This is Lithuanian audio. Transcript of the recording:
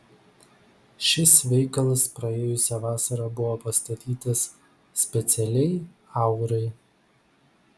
šis veikalas praėjusią vasarą buvo pastatytas specialiai aurai